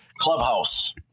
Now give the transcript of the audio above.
clubhouse